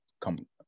come